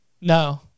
No